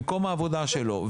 במקום העבודה שלו.